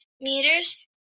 meters